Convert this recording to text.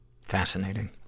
Fascinating